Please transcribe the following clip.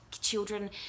Children